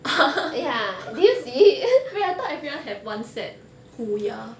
wait I thought everyone have one set 虎牙